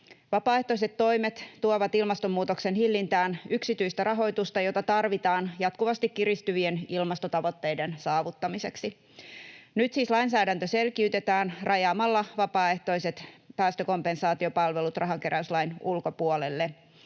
Vapaaehtoiset toimet tuovat ilmastonmuutoksen hillintään yksityistä rahoitusta, jota tarvitaan jatkuvasti kiristyvien ilmastotavoitteiden saavuttamiseksi. Nyt siis lainsäädäntö selkiytetään rajaamalla vapaaehtoiset päästökompensaatiopalvelut rahankeräyslain ulkopuolelle.